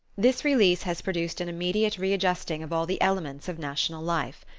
this release has produced an immediate readjusting of all the elements of national life.